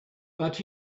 but